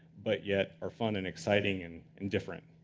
but yet are fun and exciting and and different.